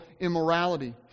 immorality